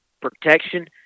protection